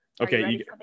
Okay